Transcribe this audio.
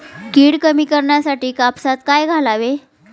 कीड कमी करण्यासाठी कापसात काय घालावे?